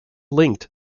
linked